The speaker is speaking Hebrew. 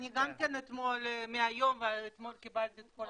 אני גם כן מאתמול קיבלתי את כל הפניות האלה.